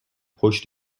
پشت